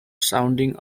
sounding